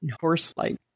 Horse-like